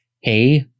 hey